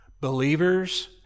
Believers